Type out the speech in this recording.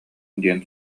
диэн